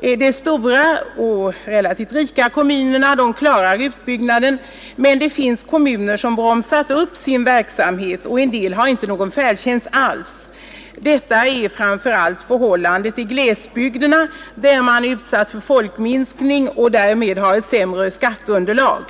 De stora och relativt rika kommunerna klarar utbyggnaden, men det finns kommuner som bromsat upp sin verksamhet, och en del har inte någon färdtjänst alls. Detta är framför allt förhållandet i glesbygderna, där man är utsatt för folkminskning och därmed har ett sämre skatteunderlag.